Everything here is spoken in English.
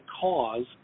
cause